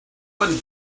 when